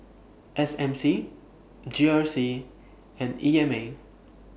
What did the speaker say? S M C G R C and E M A